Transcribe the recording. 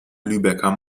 lübecker